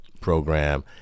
program